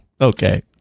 Okay